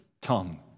tongue